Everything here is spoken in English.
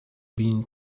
been